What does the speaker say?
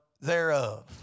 thereof